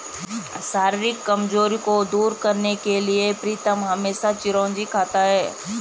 शारीरिक कमजोरी को दूर करने के लिए प्रीतम हमेशा चिरौंजी खाता है